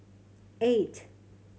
eight